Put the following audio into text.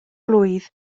blwydd